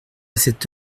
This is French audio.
cette